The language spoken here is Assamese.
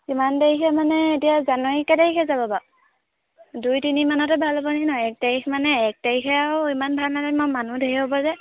কিমান তাৰিখে মানে এতিয়া জানুৱাৰী কেই তাৰিখে যাব বাৰু দুই তিনিমানতে ভাল হ'বনি নহ্ এক তাৰিখ মানে এক তাৰিখে আৰু ইমান ভাল মানুহ ধেৰ হ'ব যে